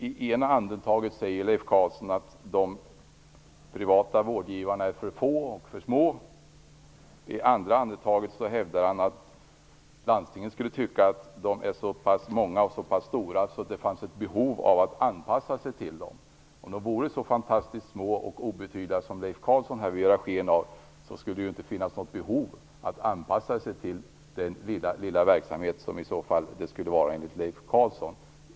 I ena andetaget säger Leif Carlson att de privata vårdgivarna är för få och för små. I andra andetaget hävdar han landstingen anser att de är så pass många och så pass stora att det fanns ett behov att anpassa sig till dem. Om de privata vårdgivarna vore så fantastiskt små och obetydliga som Leif Carlson vill ge sken av skulle det inte finnas något behov att anpassa sig till den lilla verksamhet som det enligt Leif Carlson skulle vara fråga om.